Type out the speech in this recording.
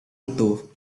itu